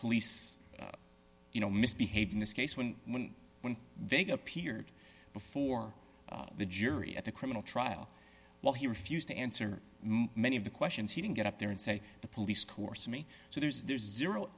know misbehaved in this case when one when they go appeared before the jury at the criminal trial while he refused to answer many of the questions he didn't get up there and say the police course me so there's there's zero